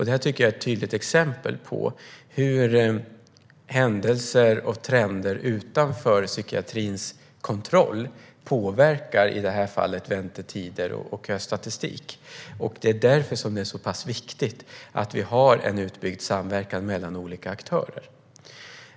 Det här tycker jag är ett tydligt exempel på hur händelser och trender utanför psykiatrins kontroll påverkar sådant som väntetider och statistik. Det är därför det är så viktigt att vi har en utbyggd samverkan mellan olika aktörer.